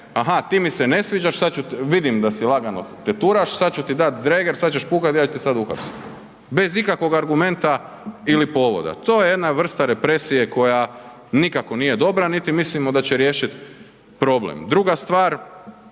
aha ti mi se ne sviđaš, sad ću, vidim da si, lagano teturaš, sad ću ti dat dreger, sad ćeš puhat, ja ću te sad uhapsit, bez ikakvog argumenta ili povoda, to je jedna vrsta represije koja nikako nije dobra, niti mislimo da će riješiti problem. Druga stvar,